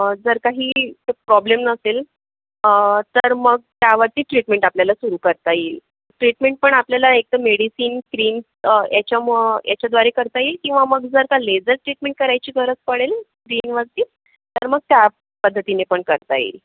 जर काही प्रॉब्लेम नसेल तर मग त्यावरती ट्रीटमेंट आपल्याला सुरु करता येईल ट्रीटमेंट पण आपल्याला एकतर मेडिसिन क्रिम याच्या म याच्याद्वारे करता येईल किंवा मग जर का लेझर ट्रिटमेंट करायची गरज पडेल स्किनवरती तर मग त्या पद्धतीने पण करता येईल